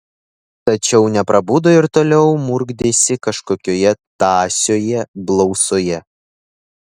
tačiau neprabudo ir toliau murkdėsi kažkokioje tąsioje blausoje